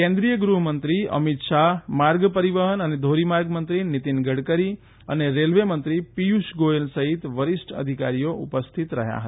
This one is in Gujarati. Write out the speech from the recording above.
કેન્દ્રીય ગૃહમંત્રી અમિત શાહ માર્ગ પરિવહન અને ધોરીમાર્ગ મંત્રી નીતીન ગડકરી અને રેલવે મંત્રી પીયૂષ ગોયલ સહિત વરિષ્ઠ અધિકરીઓ ઉપસ્થિત રહ્યા હતા